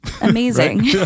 amazing